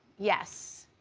yes.